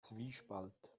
zwiespalt